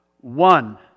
One